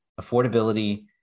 affordability